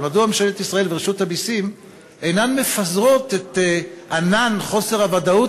אבל מדוע ממשלת ישראל ורשות המסים אינן מפזרות את ענן חוסר הוודאות,